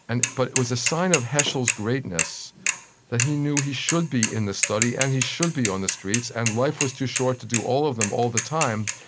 and but it was a sign of heschel's greatness that he knew he should be in the study, and he should be on the streets, and life was too short to do all of them all the time,